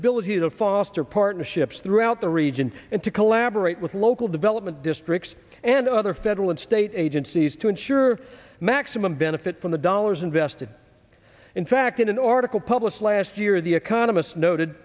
ability to foster partnerships throughout the region and to collaborate with local development districts and other federal and state agencies to ensure maximum benefit from the dollars invested in fact in an article published last year the economist noted